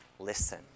Listen